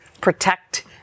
protect